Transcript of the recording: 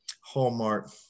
Hallmark